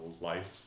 life